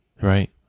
right